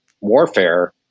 warfare